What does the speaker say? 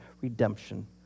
redemption